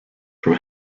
from